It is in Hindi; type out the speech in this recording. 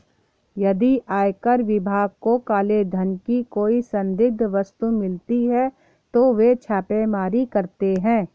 यदि आयकर विभाग को काले धन की कोई संदिग्ध वस्तु मिलती है तो वे छापेमारी करते हैं